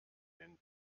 den